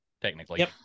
technically